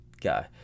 guy